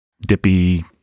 dippy